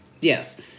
Yes